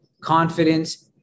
confidence